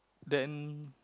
then